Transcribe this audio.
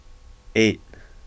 eight